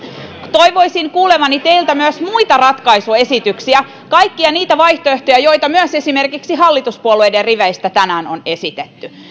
toivoisin kuulevani teiltä myös muita ratkaisuesityksiä kaikkia niitä vaihtoehtoja joita myös esimerkiksi hallituspuolueiden riveistä tänään on esitetty